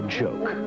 joke